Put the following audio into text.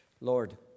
Lord